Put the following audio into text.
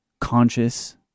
conscious